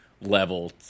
level